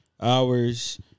hours